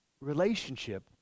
relationship